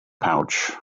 pouch